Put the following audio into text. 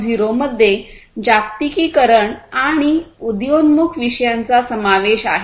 0 मध्ये जागतिकीकरण आणि उदयोन्मुख विषयांचा समावेश आहे